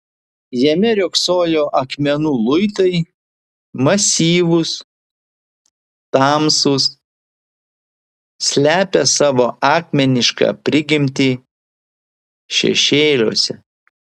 jame riogsojo akmenų luitai masyvūs tamsūs slepią savo akmenišką prigimtį šešėliuose